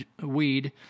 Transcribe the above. weed